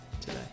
today